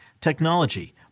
technology